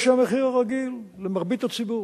יש המחיר הרגיל למרבית הציבור.